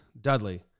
Dudley